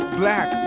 black